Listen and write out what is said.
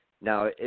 Now